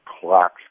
clocks